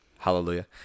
hallelujah